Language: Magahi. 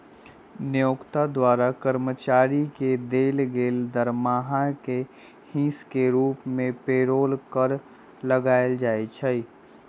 नियोक्ता द्वारा कर्मचारी के देल गेल दरमाहा के हिस के रूप में पेरोल कर लगायल जाइ छइ